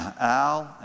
Al